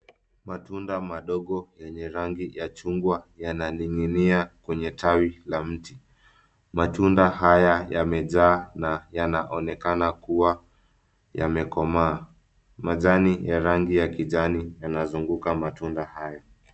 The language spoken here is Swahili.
Matunda madogo yenye rangi ya chungwa yananing'inia kwenye tawi la mti. Matunda haya yamejaa na yanaonekana kua yamekomaa. Majani ya rangi ya kijana yanazunguka matunda haya.